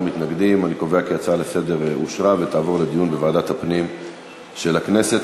יעבור לדיון בוועדת הפנים של הכנסת.